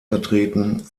vertreten